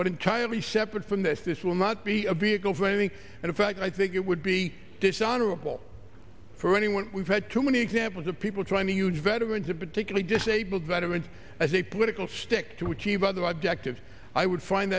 but entirely separate from this this will not be a big offering and in fact i think it would be dishonorable for anyone we've had too many examples of people trying to huge veterans and particularly disabled veterans as a political stick to achieve other objectives i would find